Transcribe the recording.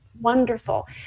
wonderful